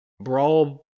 brawl